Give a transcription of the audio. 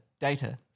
Data